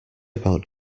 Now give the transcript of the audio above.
about